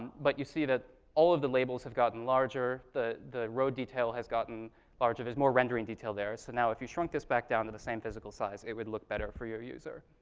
but you see that all of the labels have gotten larger, the the road detail has gotten larger, there's more rendering detail there. so now if you shrunk this back down to the same physical size, it would look better for your user.